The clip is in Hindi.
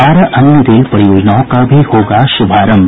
बारह अन्य रेल परियोजनाओं का भी होगा शुभारंभ